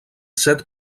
set